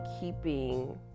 keeping